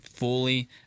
Fully